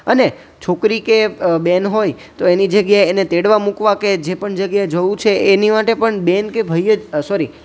અને છોકરી કે બેન હોય તો એની જગ્યાએ એને તેડવા મૂકવા કે જે પણ જગ્યાએ જવું છે એની માટે પણ બેન કે ભાઈ જ સોરી